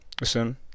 listen